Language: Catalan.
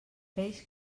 peix